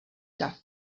dav